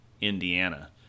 Indiana